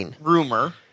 rumor